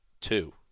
Two